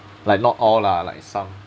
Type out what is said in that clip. like not all lah like some